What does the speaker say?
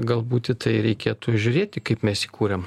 galbūt į tai reikėtų žiūrėti kaip mes jį kuriam